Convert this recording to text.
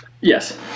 yes